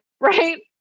right